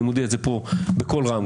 אני מודיע את זה פה בקול רם,